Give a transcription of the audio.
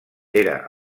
era